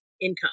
income